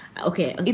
Okay